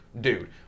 dude